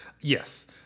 Yes